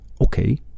okay